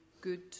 good